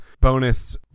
bonus